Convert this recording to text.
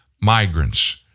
migrants